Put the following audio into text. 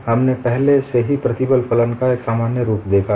हमने पहले से ही प्रतिबल फलन का एक सामान्य रूप देखा है